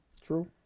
True